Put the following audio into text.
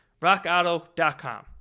Rockauto.com